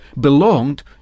belonged